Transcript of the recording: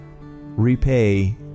repay